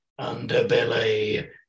underbelly